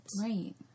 Right